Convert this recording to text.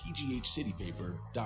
pghcitypaper.com